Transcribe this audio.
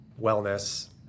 wellness